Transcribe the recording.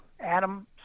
Adam